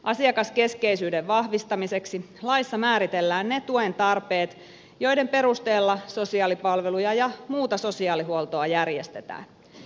asiakaskeskeisyyden vahvistamiseksi laissa määritellään ne tuen tarpeet joiden perusteella sosiaalipalveluja ja muuta sosiaalihuoltoa järjestetään